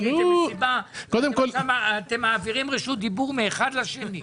אתם מעבירים רשות דיבור מאחד לשני.